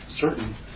certain